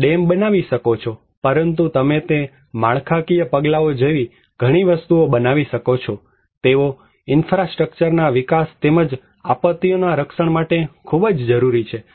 dam બનાવી શકો છો પરંતુ તમે તે માળખાકીય પગલાઓ જેવી ઘણી વસ્તુઓ બનાવી શકો છો તેઓ ઇન્ફ્રાસ્ટ્રક્ચરના વિકાસ તેમજ આપત્તિઓ સામેના રક્ષણ માટે ખૂબ જ જરૂરી છે